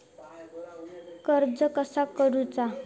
कर्ज कसा काडूचा?